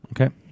Okay